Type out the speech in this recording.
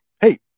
Hey